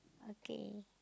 okay